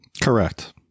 Correct